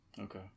okay